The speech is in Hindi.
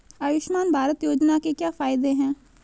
आयुष्मान भारत योजना के क्या फायदे हैं?